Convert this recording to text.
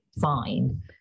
fine